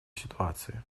ситуации